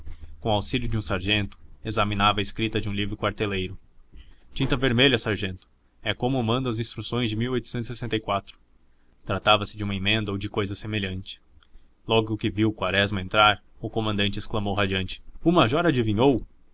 de um sargento examinava a escrita de um livro quarteleiro tinta vermelha sargento é como mandam as instruções de ratava se de uma emenda ou de cousa semelhante logo que viu quaresma entrar o comandante exclamou radiante o major adivinhou